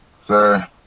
Sir